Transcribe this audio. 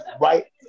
right